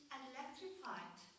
electrified